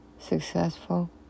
successful